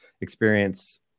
experience